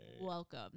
Welcome